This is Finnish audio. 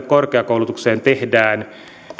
korkeakoulutukseen tehdään